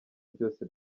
byose